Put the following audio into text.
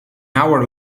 hour